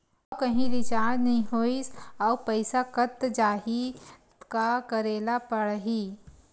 आऊ कहीं रिचार्ज नई होइस आऊ पईसा कत जहीं का करेला पढाही?